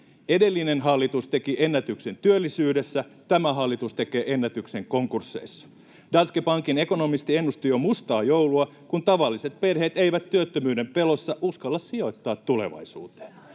Edellinen hallitus teki ennätyksen työllisyydessä. Tämä hallitus tekee ennätyksen konkursseissa. Danske Bankin ekonomisti ennusti jo mustaa joulua, kun tavalliset perheet eivät työttömyyden pelossa uskalla sijoittaa tulevaisuuteen.